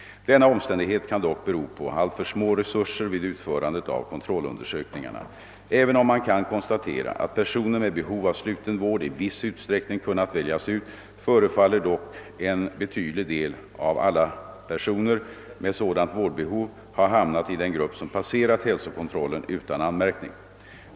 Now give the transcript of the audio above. Denna omständighet kan dock bero på alltför små resurser vid utförandet av kontrollundersökningarna. även om man kan konstatera att personer med behov av sluten vård i viss utsträckning kunnat väljas ut, förefaller dock en betydlig del av alla personer med sådant vårdbehov ha hamnat i den grupp som passerat hälsokontrollen utan anmärkning.